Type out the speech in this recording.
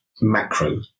macro